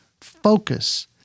Focus